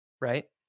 right